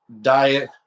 diet